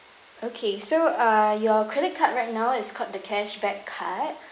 okay so uh your credit card right now is called the cashback card